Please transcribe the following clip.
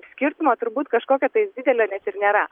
skirtumo turbūt kažkokio tais didelio net ir nėra